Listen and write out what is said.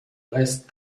reste